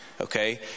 okay